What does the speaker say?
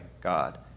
God